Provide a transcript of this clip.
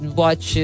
watch